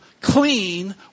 clean